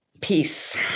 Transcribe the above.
peace